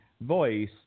voice